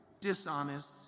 dishonest